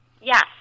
Yes